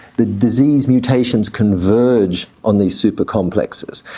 the disease mutations converge on these super complexes.